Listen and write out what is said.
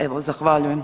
Evo, zahvaljujem.